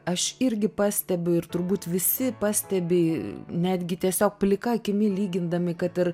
aš irgi pastebiu ir turbūt visi pastebi netgi tiesiog plika akimi lygindami kad ir